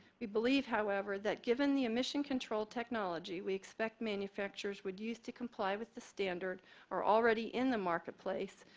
we believe however that given the emission control technology, we expect manufacturers would use to comply with the standard are already in the market place.